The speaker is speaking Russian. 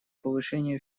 повышению